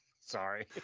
sorry